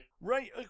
Right